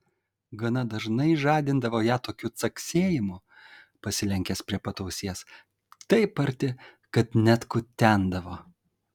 gana dažnai žadindavo ją tokiu caksėjimu pasilenkęs prie pat ausies taip arti kad net kutendavo